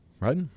right